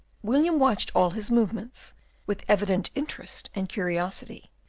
william watched all his movements with evident interest and curiosity.